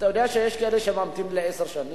אתה יודע שיש כאלה שממתינים עשר שנים?